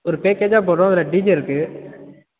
ஒரு பேக்கேஜாக போடுகிறோம் அதில் டிஜே இருக்கு